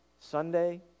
Sunday